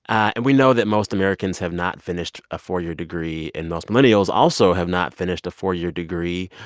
and we know that most americans have not finished a four-year degree, and most millennials also have not finished a four-year degree.